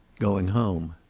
going home.